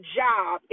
job